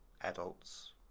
adults